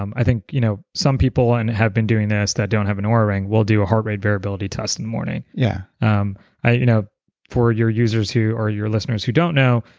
um i think you know some people and have been doing this that don't have an oura ring will do a heart rate variability tests in the morning. yeah um you know for your users who or your listeners who don't know,